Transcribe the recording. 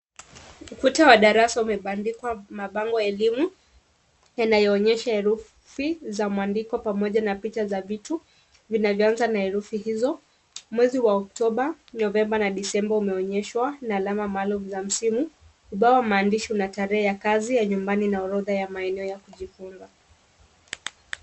Ukuta wa darasa umebandikwa mabango ya elimu, yanayoonyesha herufi za mwandiko pamoja na picha za vitu , vinavyoanza na herufi hivo , mwezi wa October, November na December umeonyeshwa na alama maalum za msimu, ubao wa maandishi una tarehe , kazi ya nyumbani na orodha ya maeneo ya kujifunza.